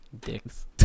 dicks